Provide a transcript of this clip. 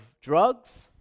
drugs